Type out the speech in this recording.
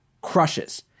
crushes